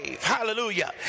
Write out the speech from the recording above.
hallelujah